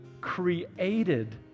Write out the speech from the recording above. created